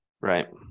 Right